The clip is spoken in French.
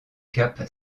cap